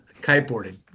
kiteboarding